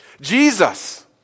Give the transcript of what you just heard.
Jesus